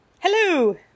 Hello